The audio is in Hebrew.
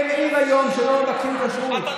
אין עיר היום שלא מבקשים בה כשרות.